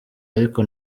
ariko